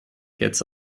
jetzt